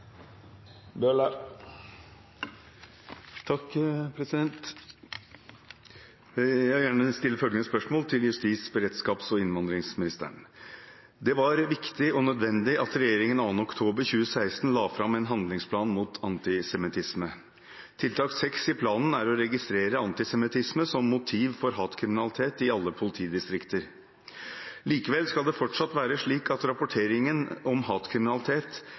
var viktig og nødvendig at regjeringen 2. oktober 2016 la fram en handlingsplan mot antisemittisme. Tiltak 6 i planen er å «registrere antisemittisme som motiv for hatkriminalitet i alle politidistrikter». Likevel skal det fortsatt være slik at rapporteringen om hatkriminalitet